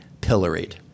pilloried